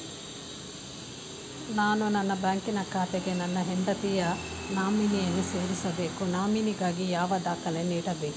ನಾನು ನನ್ನ ಬ್ಯಾಂಕಿನ ಖಾತೆಗೆ ನನ್ನ ಹೆಂಡತಿಯ ನಾಮಿನಿಯನ್ನು ಸೇರಿಸಬೇಕು ನಾಮಿನಿಗಾಗಿ ಯಾವ ದಾಖಲೆ ನೀಡಬೇಕು?